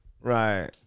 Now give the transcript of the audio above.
right